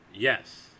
Yes